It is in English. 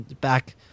back